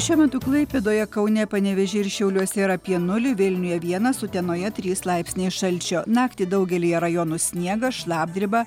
šiuo metu klaipėdoje kaune panevėžy ir šiauliuose yra apie nulį vilniuje vienas utenoje trys laipsniai šalčio naktį daugelyje rajonų sniegas šlapdriba